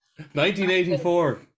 1984